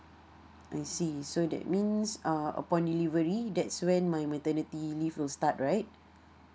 I see so that means uh upon delivery that's when my maternity leave will start right